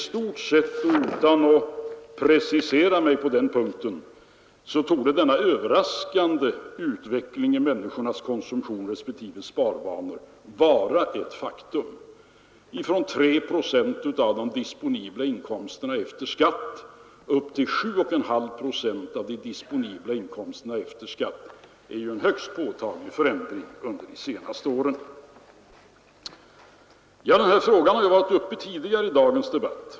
Utan att precisera mig på den punkten torde denna överraskande utveckling i människornas konsumtionsrespektive sparvanor vara ett faktum — från 3 procent av de disponibla inkomsterna efter skatt upp till 7,5 procent av de disponibla inkomsterna efter skatt är en högst påtaglig förändring under de senaste åren. Den här frågan har varit uppe tidigare i dagens debatt.